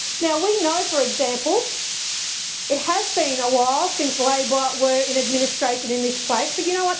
now we know for example it has been a while since labor were in administration in this place, but you know what,